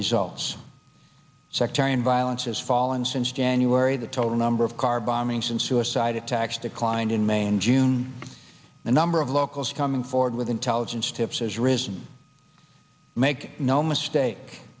results sectarian violence has fallen since january the total number of car bombings and suicide attacks declined in maine june the number of locals coming forward with intelligence tips has risen make no mistake